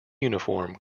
uniform